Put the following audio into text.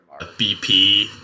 BP